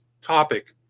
topic